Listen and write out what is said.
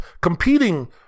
competing